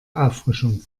auffrischung